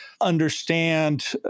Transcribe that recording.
understand